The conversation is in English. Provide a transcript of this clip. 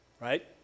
right